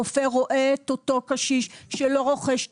רופא רואה את אותו קשיש שלא רוכש תרופות,